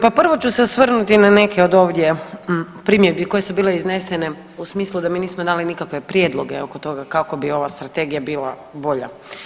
Pa prvo ću se osvrnuti na neke od ovdje primjedbi koje su bile iznesene u smislu da mi nismo dali nikakve prijedloge oko toga kako bi ova strategije bila bolja.